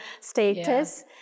status